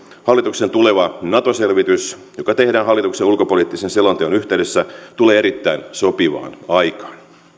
hallituksen tuleva nato selvitys joka tehdään hallituksen ulkopoliittisen selonteon yhteydessä tulee erittäin sopivaan aikaan